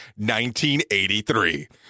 1983